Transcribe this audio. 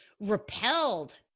repelled